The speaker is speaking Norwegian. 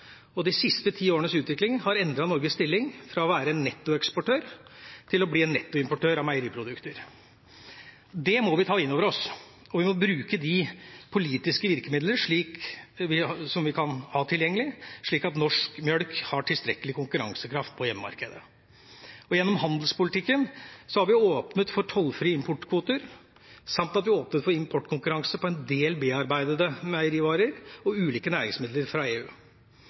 – de siste ti årenes utvikling har endret Norges stilling fra å være nettoeksportør til å bli en nettoimportør av meieriprodukter. Det må vi ta inn over oss. Og vi må bruke de politiske virkemidler vi har tilgjengelig, slik at norsk melk har tilstrekkelig konkurransekraft på hjemmemarkedet. Gjennom handelspolitikken har vi åpnet for tollfri importkvoter samt at vi har åpnet for importkonkurranse på en del bearbeidede meierivarer og ulike næringsmidler fra EU.